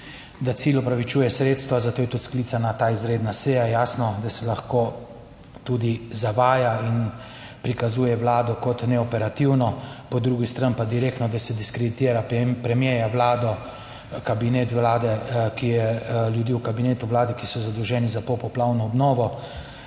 Da cilj opravičuje sredstva, zato je tudi sklicana ta izredna seja. Jasno, da se lahko tudi zavaja in prikazuje vlado kot neoperativno, po drugi strani pa direktno, da se diskreditira premierja, Vlado, kabinet Vlade, ljudi v kabinetu Vlade, ki so zadolženi za popoplavno obnovo.